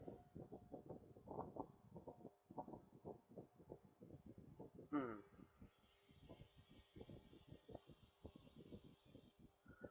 mm